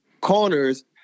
corners